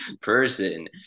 person